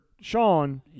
Sean